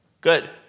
Good